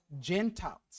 Gentiles